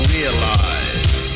Realize